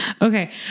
Okay